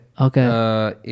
Okay